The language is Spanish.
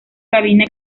cabina